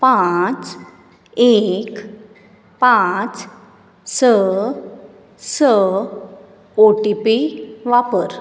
पांच एक पांच स स ओ टी पी वापर